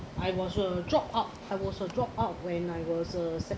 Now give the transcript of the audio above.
I was a dropout I was a dropout when I was a